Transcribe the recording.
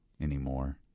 anymore